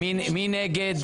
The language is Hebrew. מי נגד?